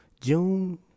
June